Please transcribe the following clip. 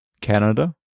Canada